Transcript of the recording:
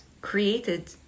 created